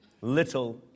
little